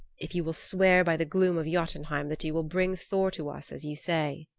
if you will swear by the gloom of jotunheim that you will bring thor to us as you say.